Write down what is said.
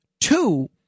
Two